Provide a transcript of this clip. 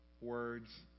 words